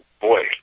boy